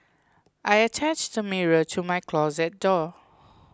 I attached a mirror to my closet door